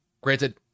Granted